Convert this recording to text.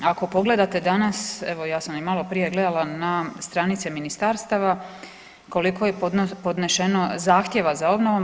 Ako pogledate danas evo ja sam i malo prije gledala na stranice ministarstava koliko je podneseno zahtjeva za obnovom.